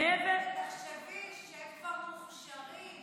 אתי, תחשבי שהם כבר מוכשרים, הם כבר בפנים.